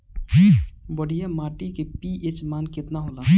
बढ़िया माटी के पी.एच मान केतना होला?